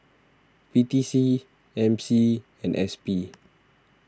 P T C M C and S P